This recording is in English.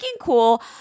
cool